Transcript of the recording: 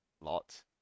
lot